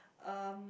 um